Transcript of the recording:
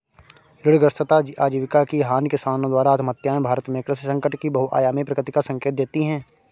ऋणग्रस्तता आजीविका की हानि किसानों द्वारा आत्महत्याएं भारत में कृषि संकट की बहुआयामी प्रकृति का संकेत देती है